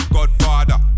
Godfather